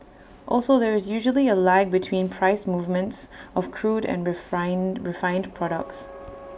also there is usually A lag between price movements of crude and refined refined products